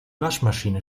waschmaschine